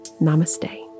namaste